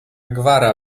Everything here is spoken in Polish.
gwara